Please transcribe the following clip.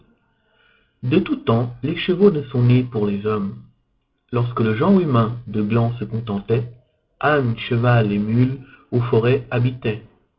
de tous temps les chevaux ne sont nés pour les hommes lorsque le genre humain de glands se contentait âne cheval et mule aux forêts habitait